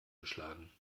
geschlagen